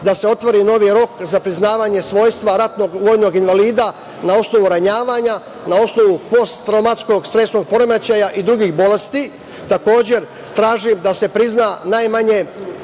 da se otvori novi rok za priznavanje svojstva ratnog vojnog invalida na osnovu ranjavanja, na osnovu postraumatskog stresnog poremećaja i drugih bolesti. Takođe, tražim da se prizna svojstvo